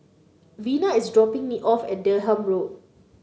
Vena is dropping me off at Durham Road